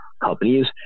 companies